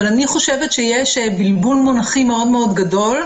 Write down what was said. אבל אני חושבת שיש בלבול מונחים גדול מאוד.